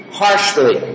harshly